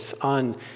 on